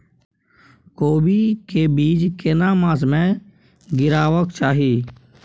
कोबी के बीज केना मास में गीरावक चाही?